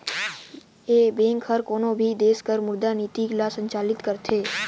ए bank हर कोनो भी देस कर मुद्रा नीति ल संचालित करथे